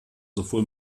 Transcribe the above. sowohl